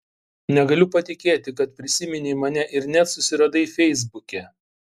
negaliu patikėti kad prisiminei mane ir net susiradai feisbuke